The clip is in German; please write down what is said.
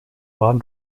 waren